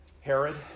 Herod